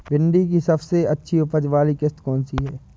भिंडी की सबसे अच्छी उपज वाली किश्त कौन सी है?